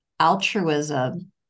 altruism